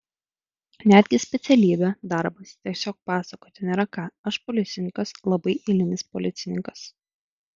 netgi specialybė darbas tiesiog pasakoti nėra ką aš policininkas labai eilinis policininkas